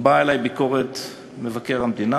באה אלי ביקורת מבקר המדינה,